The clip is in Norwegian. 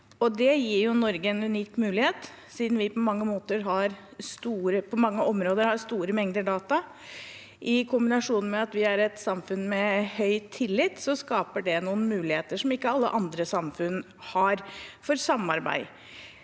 Det gir Norge en unik mulighet siden vi på mange områder har store mengder data. I kombinasjon med at vi er et samfunn med høy tillit, skaper det noen muligheter for samarbeid som ikke alle andre samfunn har, bl.a.